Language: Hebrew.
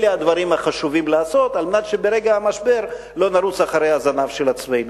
אלה הדברים החשובים לעשות כדי שברגע המשבר לא נרוץ אחרי הזנב של עצמנו.